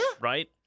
Right